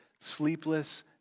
sleepless